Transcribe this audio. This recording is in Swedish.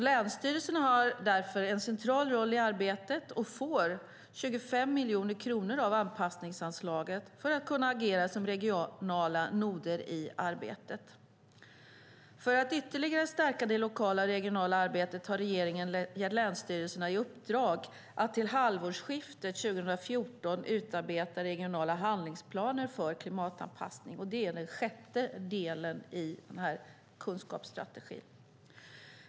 Länsstyrelserna har en central roll i arbetet och får därför 25 miljoner kronor av anpassningsanslaget för att kunna agera som regionala noder i arbetet. För att ytterligare stärka det lokala och regionala arbetet har regeringen gett länsstyrelserna i uppdrag att till halvårsskiftet 2014 utarbeta regionala handlingsplaner för klimatanpassning. Det är den sjätte delen i den här kunskapsstrategin.